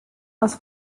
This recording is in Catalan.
les